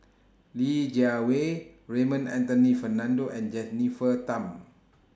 Li Jiawei Raymond Anthony Fernando and Jennifer Tham